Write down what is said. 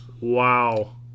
Wow